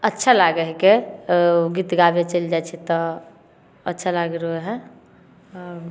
अच्छा लागै हिकै ओ गीत गाबै चलि जाइ छिए तऽ अच्छा लागि रहल हइ आओर